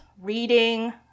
reading